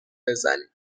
بزنیم